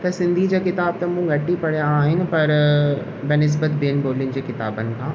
त सिंधी जा किताब त मूं घटि ई पढ़िया आहिनि पर कॉलेज जी किताबनि खां